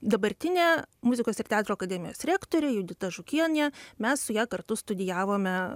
dabartinė muzikos ir teatro akademijos direktorė judita žukienė mes su ja kartu studijavome